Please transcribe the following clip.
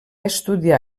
estudiar